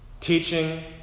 Teaching